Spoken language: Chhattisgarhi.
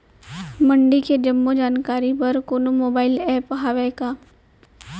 मंडी के जम्मो जानकारी बर कोनो मोबाइल ऐप्प हवय का?